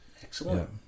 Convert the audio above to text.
Excellent